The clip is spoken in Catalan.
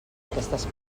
aquestes